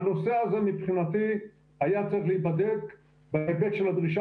הנושא הזה מבחינתי היה צריך להיבדק בהיבט של הדרישה